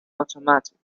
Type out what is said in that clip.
automatic